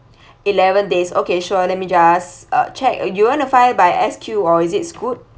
eleven days okay sure let me just uh check uh you want to fly by S Q or is it Scoot